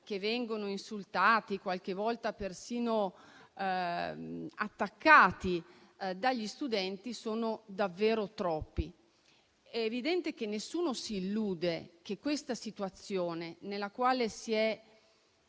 che vengono insultati e qualche volta persino attaccati dagli studenti sono davvero troppi. È evidente che nessuno si illude riguardo a questa situazione, nella quale si è